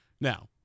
Now